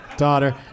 Daughter